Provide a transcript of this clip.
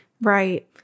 Right